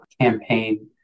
campaign